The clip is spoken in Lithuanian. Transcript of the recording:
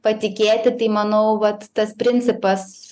patikėti tai manau vat tas principas